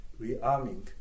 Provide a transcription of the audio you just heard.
rearming